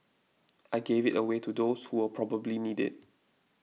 I gave it away to those who will probably need it